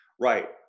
right